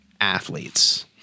athletes